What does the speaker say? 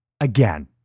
Again